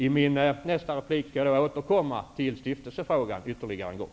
I min nästa replik skall jag återkomma till stiftelsefrågan ytterligare en gång.